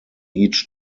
each